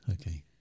okay